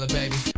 baby